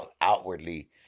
outwardly